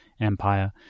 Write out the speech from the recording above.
empire